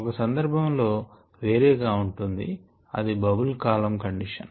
ఒక సందర్భం లో వేరేగా ఉంటుంది అది బాబుల్ కాలం కండిషన్